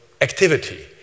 activity